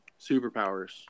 superpowers